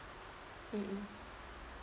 mm mm